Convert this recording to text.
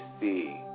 see